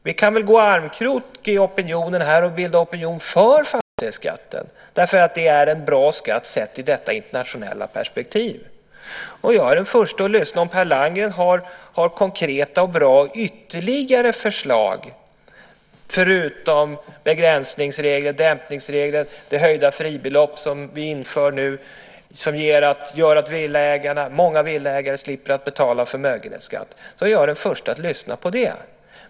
Vi kan väl gå i armkrok för att bilda opinion för fastighetsskatten därför att det är en bra skatt sett i detta internationella perspektiv. Jag är den förste att lyssna om Per Landgren har konkreta och bra ytterligare förslag förutom begränsningsregeln, dämpningsregeln, det höjda fribelopp som vi nu inför och som gör att många villaägare slipper att betala förmögenhetsskatt.